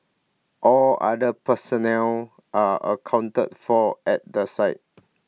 all other personnel are accounted for at the site